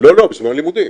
לא, לא, בזמן לימודים.